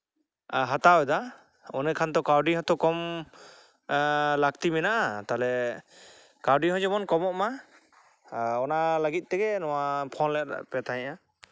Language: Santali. ᱦᱟᱛᱟᱣ ᱮᱫᱟ ᱚᱱᱮ ᱠᱷᱟᱱ ᱫᱚ ᱠᱟᱹᱣᱰᱤ ᱦᱚᱸᱛᱚ ᱠᱚᱢ ᱞᱟᱹᱠᱛᱤ ᱢᱮᱱᱟᱜᱼᱟ ᱛᱟᱦᱚᱞᱮ ᱠᱟᱹᱣᱰᱤ ᱦᱚᱸ ᱡᱮᱢᱚᱱ ᱠᱚᱢᱚᱜ ᱢᱟ ᱟᱨ ᱚᱱᱟ ᱞᱟᱹᱜᱤᱫ ᱛᱮᱜᱮ ᱱᱚᱣᱟ ᱯᱷᱳᱱ ᱞᱮᱫ ᱯᱮ ᱛᱟᱦᱮᱸᱫᱼᱟ